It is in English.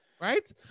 Right